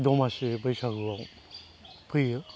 दमासि बैसागुआव फैयो